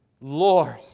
Lord